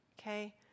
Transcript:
okay